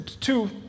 two